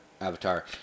Avatar